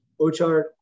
Ochart